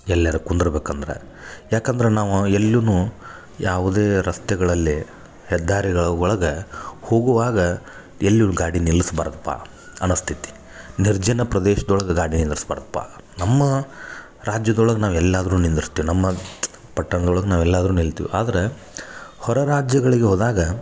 ಎಲ್ಯರ ಕುಂದರ್ಬೇಕಂದ್ರೆ ಯಾಕಂದ್ರೆ ನಾವು ಎಲ್ಲುನು ಯಾವುದೇ ರಸ್ತೆಗಳಲ್ಲಿ ಹೆದ್ದಾರಿಗಳ ಒಳ್ಗ ಹೋಗುವಾಗ ಎಲ್ಲೂ ಗಾಡಿ ನಿಲ್ಲಸ್ಬಾರ್ದಪ್ಪ ಅನ್ನೋ ಸ್ಥಿತಿ ನಿರ್ಜನ ಪ್ರದೇಶ್ದೊಳ್ಗ ಗಾಡಿ ನಿಂದರ್ಸ್ಬಾರ್ದಪ್ಪ ನಮ್ಮ ರಾಜ್ಯದೊಳಗೆ ನಾವು ಎಲ್ಲಾದರು ನಿಂದ್ರಸ್ತೇವೆ ನಮ್ಮ ಪಟ್ಟಣದೊಳ್ಗೆ ನಾವು ಎಲ್ಲಾದರು ನಿಲ್ತೀವಿ ಆದ್ರೆ ಹೊರ ರಾಜ್ಯಗಳಿಗೆ ಹೋದಾಗ